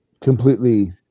completely